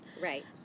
Right